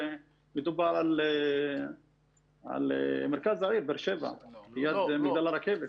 מדובר על מרכז העיר באר שבע, ליד מגדל הרכבת.